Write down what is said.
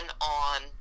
on